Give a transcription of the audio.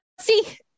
see